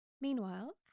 Meanwhile